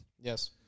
Yes